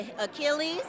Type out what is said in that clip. Achilles